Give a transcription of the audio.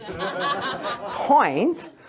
point